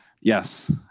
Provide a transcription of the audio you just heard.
Yes